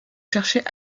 cherchait